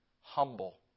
humble